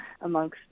amongst